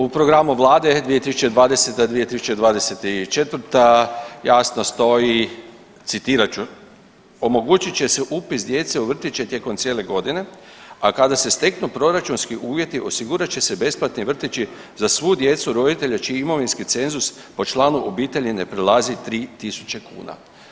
U programu vlade 2020.-2024. jasno stoji, citirat ću, omogućit će se upis djece u vrtiće tijekom cijele godine, a kada se steknu proračunski uvjeti osigurat će se besplatni vrtići za svu djecu roditelja čiji imovinski cenzus po članu obitelji ne prelazi 3.000 kuna.